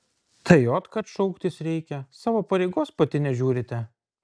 tai ot kad šauktis reikia savo pareigos pati nežiūrite